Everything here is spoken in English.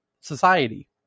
society